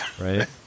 right